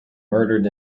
murdered